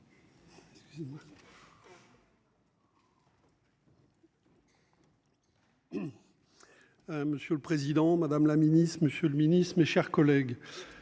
Monsieur le Président Madame la Ministre, Monsieur le Ministre, mes chers collègues.